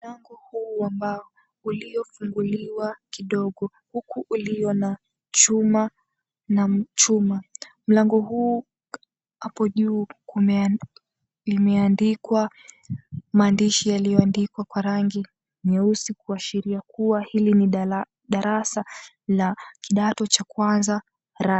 Mlango huu wambao uliofunguliwa kidogo huku ulio na chuma. Mlango huu hapo juu umeandikwa maandishi yaliyoandikwa kwa rangi nyeusi kuashiria kuwa hili ni darasa la kidato cha kwanza R.